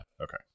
Okay